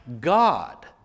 God